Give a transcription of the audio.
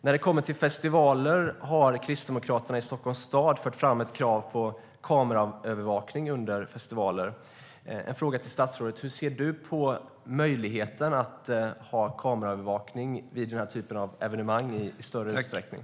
När det gäller festivaler har Kristdemokraterna i Stockholms stad fört fram ett krav på kameraövervakning. En fråga till statsrådet: Hur ser du på möjligheten att i större utsträckning ha kameraövervakning vid den här typen av evenemang?